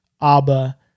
Abba